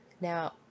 Now